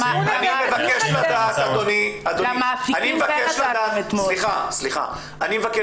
------ אני מבקש לדעת, זה הדיון: